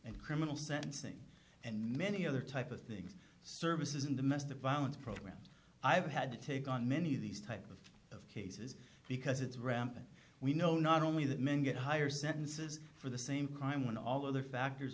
and criminal sentencing and many other type of things services in the midst of violence programs i've had to take on many of these type of of cases because it's rampant we know not only that men get higher sentences for the same crime when all other factors